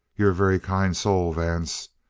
you're a very kind soul, vance.